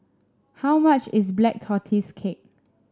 how much is Black Tortoise Cake